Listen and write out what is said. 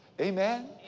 Amen